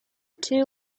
two